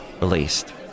released